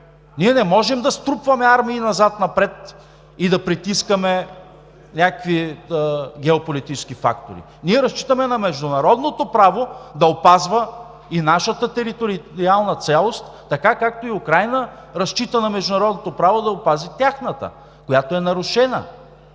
Ние не можем да струпваме армии назад-напред и да притискаме някакви геополитически фактори. Разчитаме на международното право да опазва и нашата териториална цялост, така както и Украйна разчита на международното право да опази тяхната, която е нарушена.